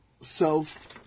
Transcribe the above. self